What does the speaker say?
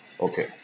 Okay